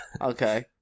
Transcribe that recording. Okay